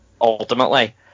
ultimately